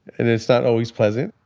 and it's not always pleasant